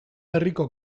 berriko